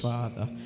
Father